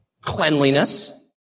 cleanliness